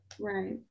Right